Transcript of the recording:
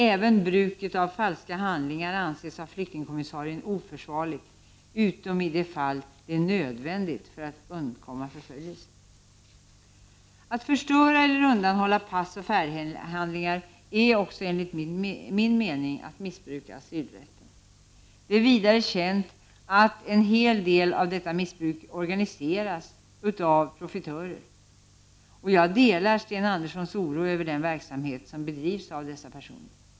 Även bruket av falska handlingar anses av flyktingkommissarien oförsvarligt, utom i de fall då det är nödvändigt för att undkomma förföljelse. Att förstöra eller undanhålla pass och färdhandlingar är också enligt min mening att missbruka asylrätten. Det är vidare känt att en hel del av detta missbruk organiseras av profitörer, och jag delar Sten Anderssons oro över den verksamhet som bedrivs av dessa personer.